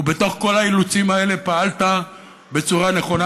בתוך כל האילוצים האלה פעלת בצורה נכונה.